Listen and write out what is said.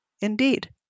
Indeed